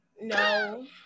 No